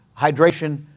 hydration